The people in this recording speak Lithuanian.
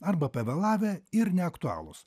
arba pavėlavę ir neaktualūs